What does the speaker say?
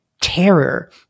terror